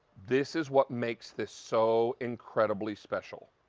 this is what makes this so incredibly special.